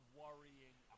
worrying